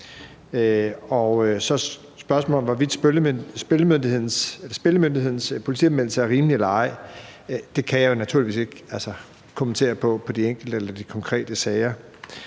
Spørgsmålet om, hvorvidt Spillemyndighedens politianmeldelse er rimelig eller ej, kan jeg naturligvis ikke kommentere på, hvad angår de konkrete sager.